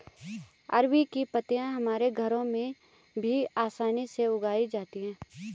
अरबी की पत्तियां हमारे घरों में भी आसानी से उगाई जाती हैं